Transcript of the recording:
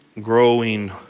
growing